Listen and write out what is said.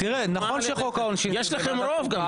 תראה, נכון שחוק העונשין --- יש לכם גם רוב שם.